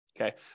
Okay